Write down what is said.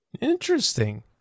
Interesting